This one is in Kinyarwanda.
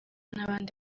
n’abandi